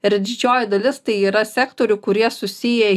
ir didžioji dalis tai yra sektorių kurie susiję